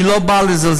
אני לא בא לזלזל,